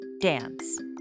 Dance